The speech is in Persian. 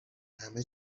همه